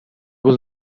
will